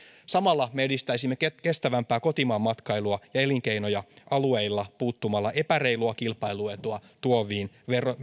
samalla me edistäisimme kestävämpää kotimaanmatkailua ja elinkeinoja alueilla puuttumalla epäreilua kilpailuetua tuoviin